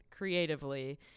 Creatively